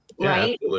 right